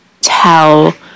tell